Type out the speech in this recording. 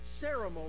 ceremony